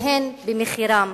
והן במחירם.